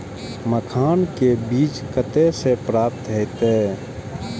मखान के बीज कते से प्राप्त हैते?